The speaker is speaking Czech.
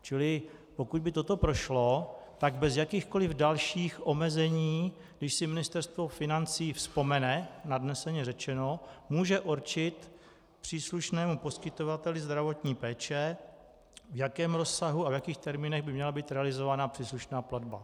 Čili pokud by toto prošlo, tak bez jakýchkoli dalších omezení, když si Ministerstvo financí vzpomene, nadneseně řečeno, může určit příslušnému poskytovateli zdravotní péče, v jakém rozsahu a v jakých termínech by měla být realizována příslušná platba.